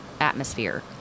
Atmosphere